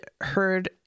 heard